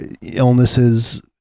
illnesses